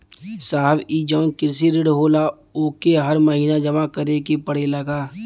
साहब ई जवन कृषि ऋण होला ओके हर महिना जमा करे के पणेला का?